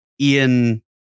Ian